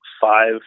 five